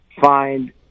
find